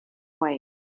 way